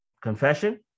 Confession